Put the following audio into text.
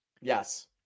Yes